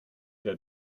der